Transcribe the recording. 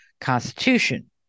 Constitution